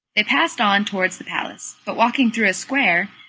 they passed on towards the palace, but walking through a square,